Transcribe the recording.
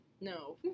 No